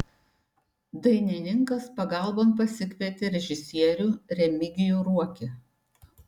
dainininkas pagalbon pasikvietė režisierių remigijų ruokį